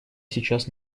сейчас